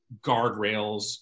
guardrails